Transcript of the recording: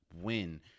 win